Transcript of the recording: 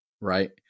right